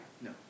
No